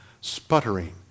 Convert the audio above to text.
sputtering